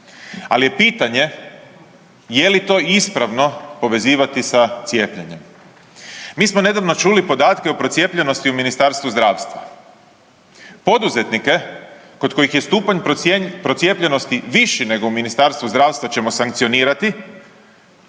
Al je pitanje je li to ispravno povezivati sa cijepljenjem? Mi smo nedavno čuli podatke o procijepljenosti u Ministarstvu zdravstva. Poduzetnike kod kojih je stupanj procijepljenosti viši nego u Ministarstvu zdravstva ćemo sankcionirati,